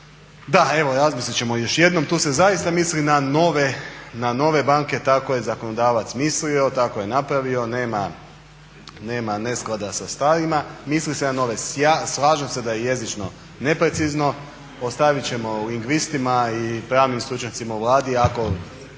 da, evo razmislit ćemo još jednom. Tu se zaista misli na nove banke, tako je zakonodavac mislio, tako je napravio nema nesklada sa starima. Misli se na nove. Slažem se da je jezično neprecizno. Ostavit ćemo lingvistima i pravnim stručnjacima u Vladi ako